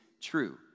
true